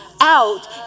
out